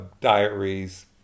diaries